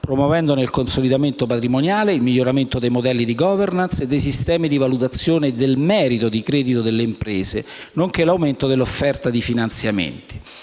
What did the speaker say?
promuovendone il consolidamento patrimoniale, il miglioramento dei modelli di *governance* e dei sistemi di valutazione del merito di credito delle imprese, nonché l'aumento dell'offerta di finanziamenti.